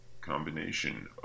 combination